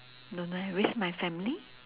don't know leh risk my family